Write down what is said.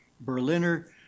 Berliner